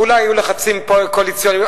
אולי היו לחצים קואליציוניים,